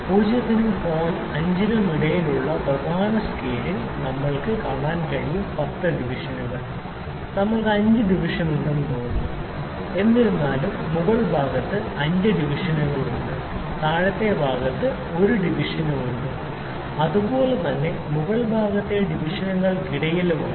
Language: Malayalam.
0 നും 5 നും ഇടയിലുള്ള പ്രധാന സ്കെയിലിൽ നമുക്ക് കാണാൻ കഴിയും 10 ഡിവിഷനുകൾ നമുക്ക് 5 ഡിവിഷനുകളുണ്ടെന്ന് തോന്നുന്നു എന്നിരുന്നാലും മുകൾ ഭാഗത്ത് 5 ഡിവിഷനുകളുണ്ട് താഴത്തെ ഭാഗത്ത് ഒരു ഡിവിഷനുമുണ്ട് അതുപോലെ തന്നെ മുകൾ ഭാഗത്തെ ഡിവിഷനുകൾക്കിടയിലുമാണ്